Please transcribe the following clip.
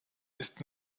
ist